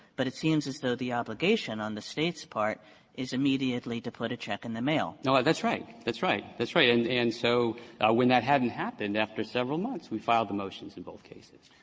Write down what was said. but it seems as though the obligation on the state's part is immediately to put a check in the mail. banner no, that's right. that's right. that's right. and and so when that hadn't happened after several months we filed the motions in both cases.